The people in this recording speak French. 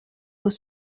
aux